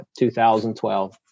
2012